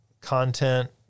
content